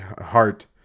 heart